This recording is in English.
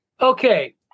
Okay